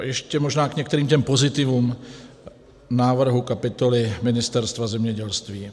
Ještě možná k některým pozitivům návrhu kapitoly Ministerstva zemědělství.